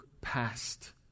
past